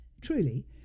truly